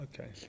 Okay